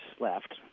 left